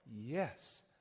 yes